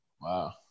Wow